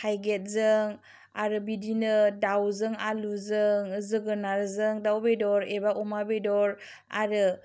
थायगिथजों आरो बिदिनो दाउजों आलुजों जोगोनाथजों दाउ बेदर एबा अमा बेदर आरो